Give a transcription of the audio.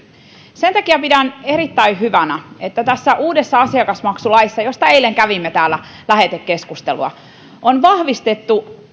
sen takia pidän erittäin hyvänä että tässä uudessa asiakasmaksulaissa josta eilen kävimme täällä lähetekeskustelua on vahvistettu